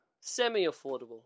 semi-affordable